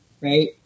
right